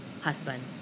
husband